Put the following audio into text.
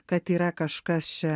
kad yra kažkas čia